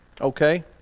Okay